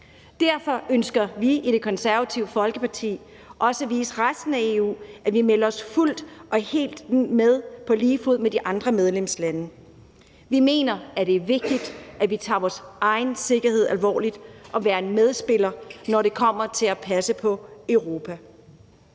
derfor ønsker vi i Det Konservative Folkeparti også at vise resten af EU, at vi melder os fuldt og helt med på lige fod med de andre medlemslande. Vi mener, at det er vigtigt, at vi tager vores egen sikkerhed alvorligt og at være en medspiller, når det kommer til at passe på Europa.